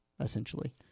essentially